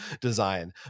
design